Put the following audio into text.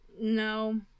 No